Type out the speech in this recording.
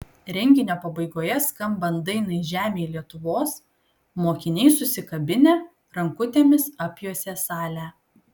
renginio pabaigoje skambant dainai žemėj lietuvos mokiniai susikabinę rankutėmis apjuosė salę